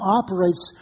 operates